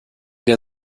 der